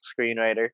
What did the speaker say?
screenwriter